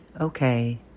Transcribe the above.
okay